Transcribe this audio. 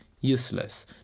useless